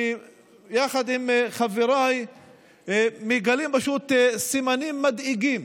אני יחד עם חבריי מגלים פשוט סימנים מדאיגים